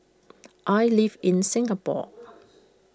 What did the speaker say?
I live in Singapore